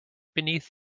beneath